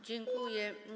Dziękuję.